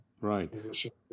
Right